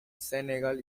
senegal